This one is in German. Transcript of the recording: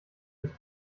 sich